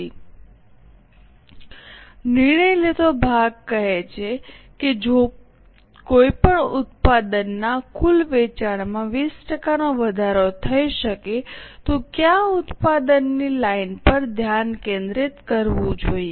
slide સમયનો સંદર્ભ લો 1519 નિર્ણય લેતો ભાગ કહે છે કે જો કોઈપણ ઉત્પાદનોમાં કુલ વેચાણમાં 20 ટકાનો વધારો થઈ શકે તો કયા ઉત્પાદનની લાઇન પર ધ્યાન કેન્દ્રિત કરવું જોઈએ